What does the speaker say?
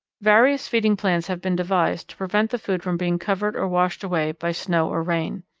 various feeding plans have been devised to prevent the food from being covered or washed away by snow or rain.